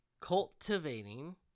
cultivating